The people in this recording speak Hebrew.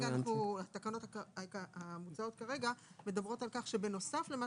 התקנות המוצעות כרגע מדברות על כך שבנוסף למה